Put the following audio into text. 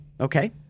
Okay